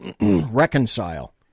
reconcile